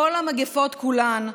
כל המגפות כולן,